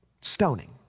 stoning